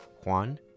Juan